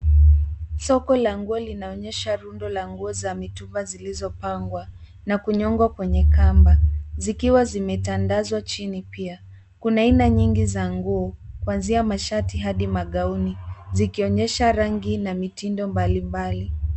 Soko la nguo linaonyesha rundo la nguo za mitumba zilizopangwa na kunyongwa kwenye kamba. Zikiwa zimetandazwa chini pia. Kuna aina nyingi za nguo, kwanzia mashati hadi magauni. Zikionyesha rangi na mitindo mbali mbali.